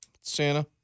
Santa